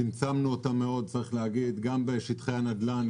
צמצמנו אותם מאוד גם בשטחי הנדל"ן,